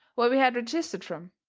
where we had registered from.